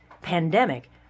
pandemic